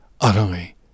utterly